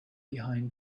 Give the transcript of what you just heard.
behind